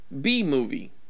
B-movie